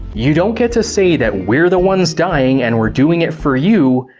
you don't get to say that we're the ones dying and we're doing it for you,